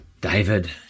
David